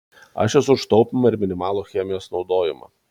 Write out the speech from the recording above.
aš esu už taupymą ir minimalų chemijos naudojimą